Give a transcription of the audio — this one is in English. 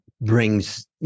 brings